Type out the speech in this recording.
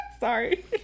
Sorry